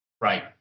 right